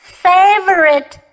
favorite